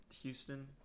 Houston